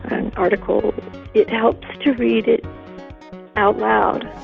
an article it helps to read it out loud.